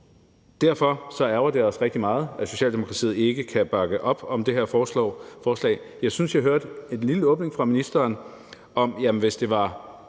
Derfor ærgrer det os rigtig meget, at Socialdemokratiet ikke kan bakke op om det her forslag. Jeg synes, at jeg hørte en lille åbning fra ministeren, med hensyn